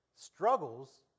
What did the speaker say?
struggles